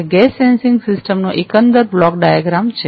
આ gas sensing system નો એકંદર બ્લોક ડાયાગ્રામ છે